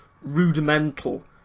rudimental